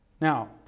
Now